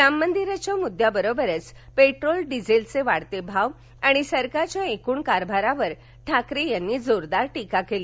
राम मंदिराच्या मुद्द्याबरोबरच पेट्रोल डिझेलचे वाढते भाव आणि सरकारच्या एकूण कारभारावर ठाकरे यांनी जोरदार टीका केली